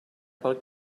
pel